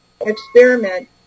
experiment